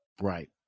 Right